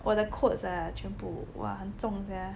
我的 coats ah 全部哇很重 sia